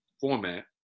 format